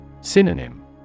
Synonym